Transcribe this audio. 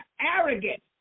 arrogant